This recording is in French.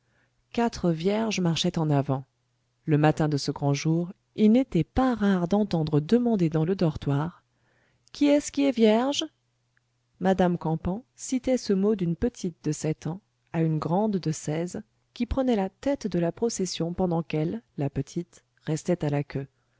quatre vierges marchaient en avant le matin de ce grand jour il n'était pas rare d'entendre demander dans le dortoir qui est-ce qui est vierge madame campan citait ce mot d'une petite de sept ans à une grande de seize qui prenait la tête de la procession pendant qu'elle la petite restait à la queue